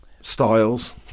styles